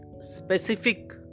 specific